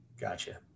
Gotcha